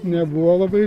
nebuvo labai